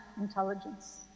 intelligence